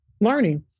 learning